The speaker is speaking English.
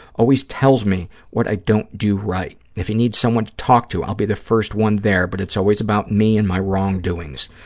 always tells me what i don't do right. if he needs someone to talk to, i'll be the first one there, but it's always about me and my wrongdoings.